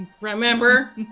remember